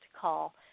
call